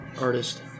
artist